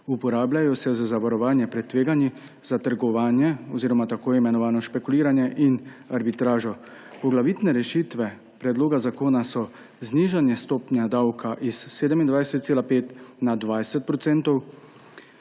Uporabljajo se za zavarovanje pred tveganji, za trgovanje oziroma tako imenovano špekuliranje in arbitražo. Poglavitna rešitev predloga zakona je znižanje stopnje davka s 27,5 na 20 %.